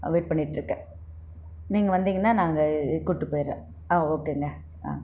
wait பண்ணிகிட்ருக்கேன் நீங்கள் வந்திங்கன்னால் நான் அங்கே இ இ கூட்டு போயிடுறேன் ஆ ஓகேங்க ஆ